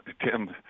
Tim